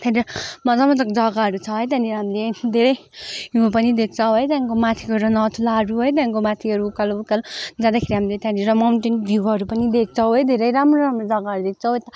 त्यहाँ मजा मजाको जग्गाहरू छ है त्यहाँनिर हामीले धेरै हिउँ पनि देख्छौँ है त्यहाँदेखिको माथि गएर नथुलाहरू है त्यहाँदेखिको माथिहरू उकालो उकालो जाँदाखेरि हामीले त्यहाँनिर माउन्टेन भ्यूहरू पनि देख्छौँ है धेरै राम्रो राम्रो जग्गा हरू देख्छौँ यता